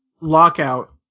Lockout